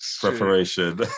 Preparation